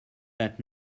that